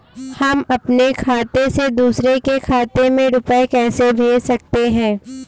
हम अपने खाते से दूसरे के खाते में रुपये कैसे भेज सकते हैं?